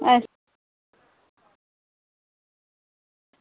अच्छा